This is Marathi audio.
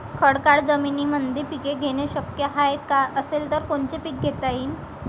खडकाळ जमीनीमंदी पिके घेणे शक्य हाये का? असेल तर कोनचे पीक घेता येईन?